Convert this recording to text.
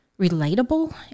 relatable